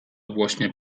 właśnie